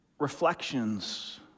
reflections